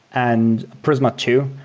and prisma two,